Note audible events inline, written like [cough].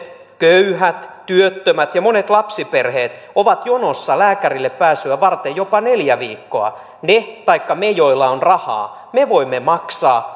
köyhät työttömät ja monet lapsiperheet ovat jonossa lääkärille pääsyä varten jopa neljä viikkoa ne tai me joilla on rahaa voimme maksaa [unintelligible]